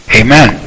amen